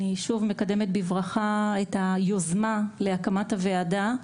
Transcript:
אני שוב מקדמת בברכה את היוזמה להקמת הוועדה,